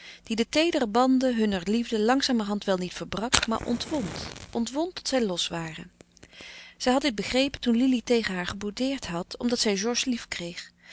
die de teedere banden hunner liefde langzamerhand wel niet verbrak maar ontwond ontwond tot zij los waren zij had dit begrepen toen lili tegen haar geboudeerd had omdat zij georges lief kreeg